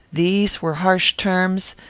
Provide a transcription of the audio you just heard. these were harsh terms,